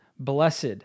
Blessed